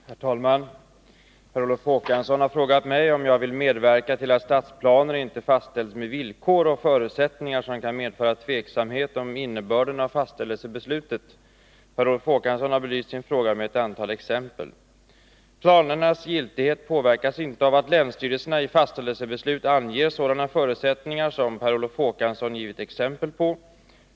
Herr talman! Per Olof Håkansson har frågat mig om jag vill medverka till att stadsplaner inte fastställs med villkor och förutsättningar som kan medföra tveksamhet om innebörden av fastställelsebeslutet. Per Olof Håkansson har belyst sin fråga med ett antal exempel. Planernas giltighet påverkas inte av att länsstyrelserna i fastställelsebeslut anger sådana förutsättningar som Per Olof Håkansson givit exempel på.